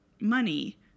money